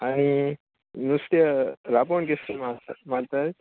आनी नुस्त्या रांपोण केश कोन्न मात्ता मारताय